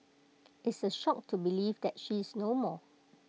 it's A shock to believe that she is no more